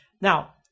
Now